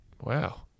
Wow